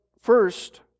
first